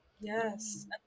yes